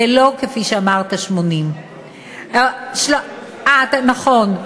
ולא, כפי שאמרת, 80. אה, נכון.